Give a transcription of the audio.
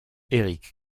éric